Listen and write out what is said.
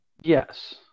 yes